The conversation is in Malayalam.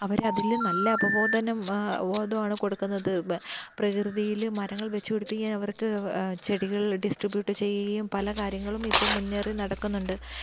അവർ അതിൽ നല്ല അവബോധം ഇതുമാണ് കൊടുക്കുന്നത് പ്രകൃതിയിൽ മരങ്ങൾ വച്ചു പിടിപ്പിക്കൻ അവർക്ക് ചെടികൾ ഡിസ്ട്രിബ്യൂട്ട് ചെയ്യുകയും പല കാര്യങ്ങളും ഇപ്പം മുന്നേറി നടക്കുന്നുണ്ട്